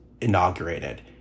inaugurated